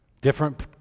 Different